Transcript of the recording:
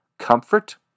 Comfort